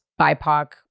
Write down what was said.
BIPOC